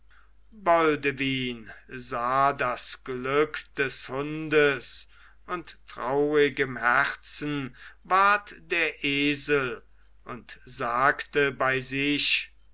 boldewyn sah des glück des hundes und traurig im herzen ward der esel und sagte bei sich